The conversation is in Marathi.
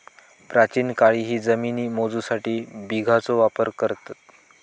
प्राचीन काळीही जमिनी मोजूसाठी बिघाचो वापर करत